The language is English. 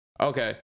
Okay